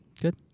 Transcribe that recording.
Good